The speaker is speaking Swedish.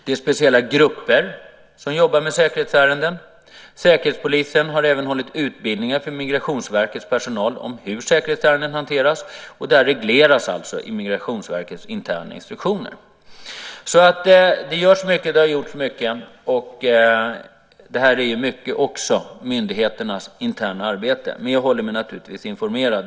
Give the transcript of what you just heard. Det är speciella grupper som jobbar med säkerhetsärenden. Säkerhetspolisen har även hållit utbildningar för Migrationsverkets personal om hur säkerhetsärenden hanteras. Det regleras alltså i Migrationsverkets interna instruktioner. Det görs alltså mycket och har gjorts mycket. Det här är också mycket myndigheternas interna arbete, men jag håller mig naturligtvis informerad.